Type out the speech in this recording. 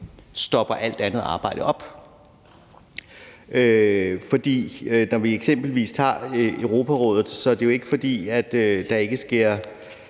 stopper alt det andet arbejde. For hvis vi f.eks. tager Europarådet, at det jo ikke, fordi der ikke sker